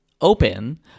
open